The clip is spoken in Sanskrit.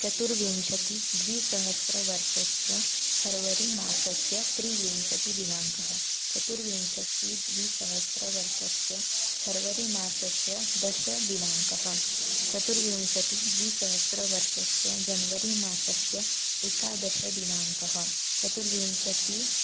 चतुर्विंशतिः द्विसहस्रवर्षस्य फ़र्वरीमासस्य त्रिविंशतिदिनाङ्कः चतुर्विंशतिः द्विसहस्रवर्षस्य फ़र्वरीमासस्य दशदिनाङ्कः चतुर्विंशतिः द्विसहस्रवर्षस्य जन्वरी मासस्य एकादशदिनाङ्कः चतुर्विंशतिः